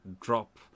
drop